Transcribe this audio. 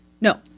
No